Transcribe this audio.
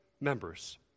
members